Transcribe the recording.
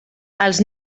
als